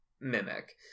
Mimic